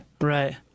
Right